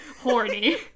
horny